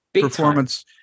performance